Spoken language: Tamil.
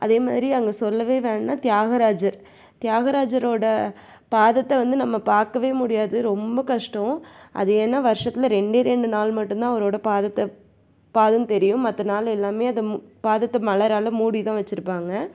அதேமாரி அங்கே சொல்லவே வேணா தியாகராஜர் தியாகராஜரோட பாதத்தை வந்து நம்ம பார்க்கவே முடியாது ரொம்ப கஷ்டம் அது ஏன்னா வருஷத்தில் ரெண்டே ரெண்டு நாள் மட்டும் தான் அவரோட பாதத்தை பாதம் தெரியும் மற்ற நாள் எல்லாமே அதை மு பாதத்தை மலரால் மூடிதான் வச்சிருப்பாங்க